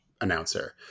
announcer